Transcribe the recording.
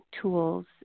tools